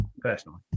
personally